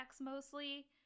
mostly